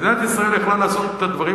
מדינת ישראל יכלה לעשות את הדברים